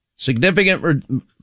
Significant